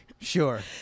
Sure